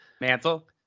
Mantle